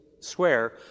swear